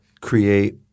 create